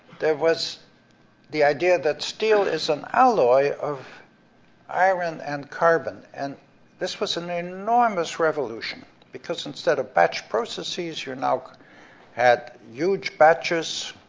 there was the idea that steel is an alloy of iron and carbon, and this was enormous revolution, because instead of batch processes, you're now at huge batches,